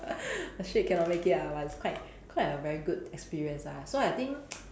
the shape cannot make it ah but it's quite quite a very good experience lah so I think